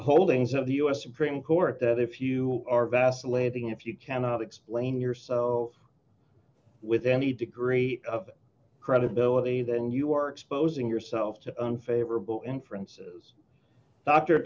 holdings of the u s supreme court that if you are vacillating if you cannot explain yourself with any degree of credibility then you are exposing yourself to unfavorable inferences dr